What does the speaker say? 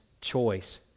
choice